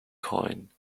coins